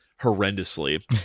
horrendously